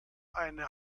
eine